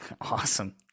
awesome